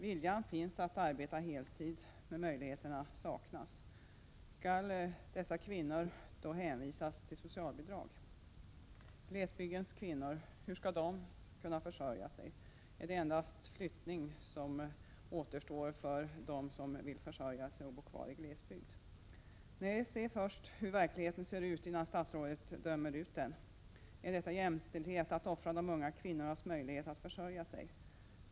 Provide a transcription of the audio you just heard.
Viljan att arbeta heltid finns men möjligheterna saknas. Skall dessa kvinnor då hänvisas till socialbidrag? Hur skall glesbygdens kvinnor kunna försörja sig? Finns det inga möjligheter för dem som vill bo kvar i glesbygd och försörja sig? Är det bara flyttning som återstår? Nej, jag tycker att statsrådet skall se efter hur verkligheten ser ut innan hon dömer ut dessa människor. Är det jämställdhet att offra de unga kvinnornas möjlighet att försörja sig?